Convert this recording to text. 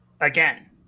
again